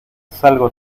salgo